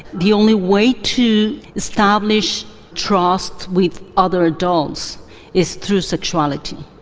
the only way to establish trust with other adults is through sexuality,